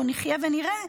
בואו נחיה ונראה,